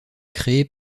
créé